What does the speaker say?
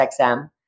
XM